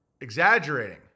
exaggerating